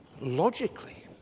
Logically